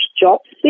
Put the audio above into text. jobs